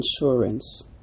insurance